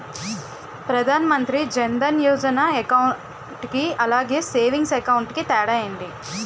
Pradhan Mantri Jan Dhan Yojana account కి అలాగే savings account కి తేడా ఏంటి?